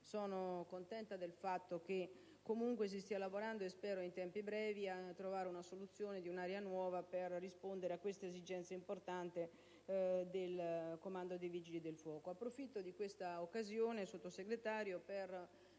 Sono contenta del fatto che, comunque, si stia lavorando e spero in tempi brevi si trovi una area nuova per rispondere ad una esigenza importante del comando dei Vigili del fuoco.